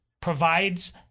provides